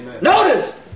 Notice